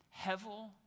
hevel